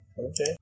Okay